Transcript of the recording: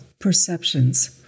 perceptions